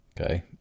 Okay